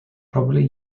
probably